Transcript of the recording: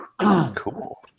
cool